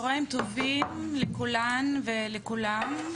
צהריים טובים לכולן ולכולם.